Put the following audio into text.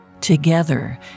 Together